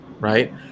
right